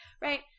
right